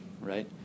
right